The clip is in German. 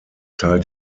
teilt